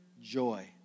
joy